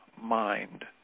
MIND